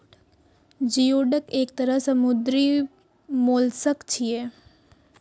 geoduck एक तरह समुद्री मोलस्क छियै